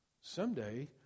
Someday